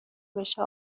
بشه